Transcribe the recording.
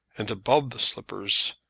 and above the slippers,